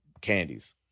candies